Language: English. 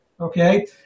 okay